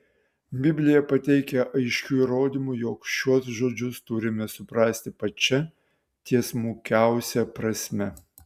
biblija pateikia aiškių įrodymų jog šiuos žodžius turime suprasti pačia tiesmukiausia prasme